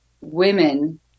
women